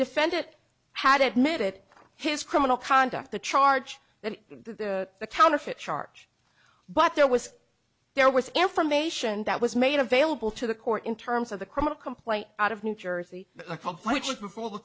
defendant had made it his criminal conduct the charge that the counterfeit charge but there was there was information that was made available to the court in terms of the criminal complaint out of new jersey the pump which is before the